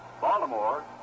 Baltimore